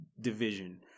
division